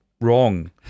wrong